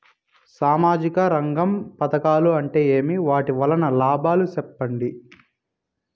సామాజిక రంగం పథకాలు అంటే ఏమి? వాటి వలన లాభాలు సెప్పండి?